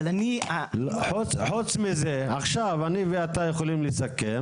חוץ מזה עכשיו אני ואתה יכולים לסכם